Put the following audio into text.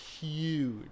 Huge